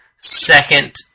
second